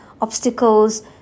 obstacles